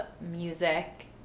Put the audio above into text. music